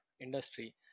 industry